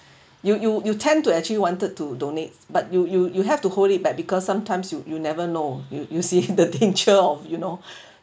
you you you tend to actually wanted to donate but you you you have to hold it back because sometimes you you never know you you see the danger of you know